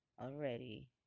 already